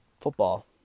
football